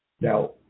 Now